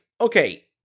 okay